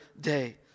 day